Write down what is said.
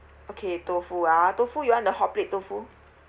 okay tofu ah tofu you want the hotplate tofu